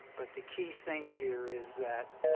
but the key thing here is that,